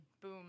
boom